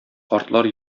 картлар